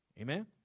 Amen